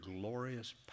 glorious